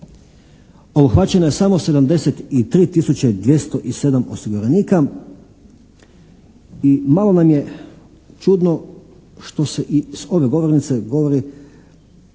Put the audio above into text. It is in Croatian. Obuhvaćeno je samo 73 tisuće 207 osiguranika i malo nam je čudno što se i s ove govornice govori